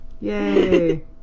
Yay